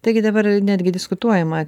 taigi dabar netgi diskutuojama